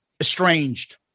estranged